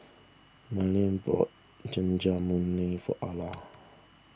Mylie bought Jajangmyeon for Ala